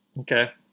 Okay